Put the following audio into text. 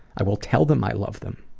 i will tell them i love them.